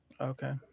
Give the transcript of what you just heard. Okay